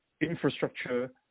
infrastructure